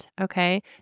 Okay